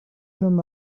him